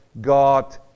God